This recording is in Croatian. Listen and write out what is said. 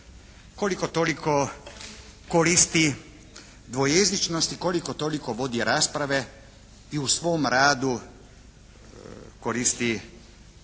koliko toliko koristi dvojezičnosti, koliko toliko vodi rasprave i u svom radu koristi osim